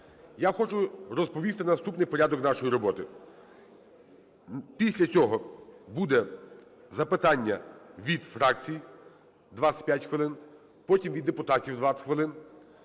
я хочу розповісти наступний порядок нашої роботи. Після цього будуть запитання від фракцій – 25 хвилин, потім від депутатів – 20 хвилин.